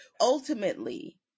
Ultimately